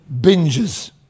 binges